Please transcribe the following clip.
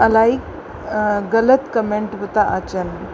इलाही ग़लति कमेंट बि था अचनि